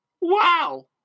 Wow